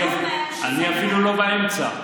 זה אומר, אני אפילו לא באמצע.